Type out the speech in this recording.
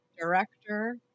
director